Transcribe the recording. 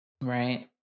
Right